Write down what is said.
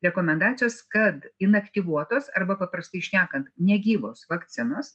rekomendacijos kad inaktyvuotos arba paprastai šnekant negyvos vakcinos